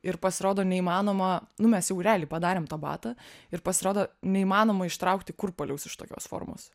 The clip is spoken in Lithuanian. ir pasirodo neįmanoma nu mes jau realiai padarėm tą batą ir pasirodo neįmanoma ištraukti kurpalius iš tokios formos